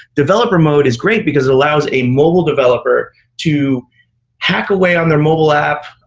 developer mode is great, because it allows a mobile developer to hack away on their mobile app,